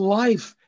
life